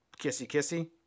kissy-kissy